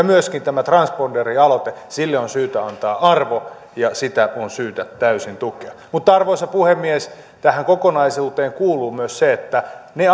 myöskin tälle transponderialoitteelle on syytä antaa arvo ja sitä on syytä täysin tukea mutta arvoisa puhemies tähän kokonaisuuteen kuuluu myös se että ne